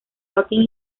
joaquín